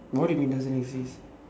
what you mean doesn't exist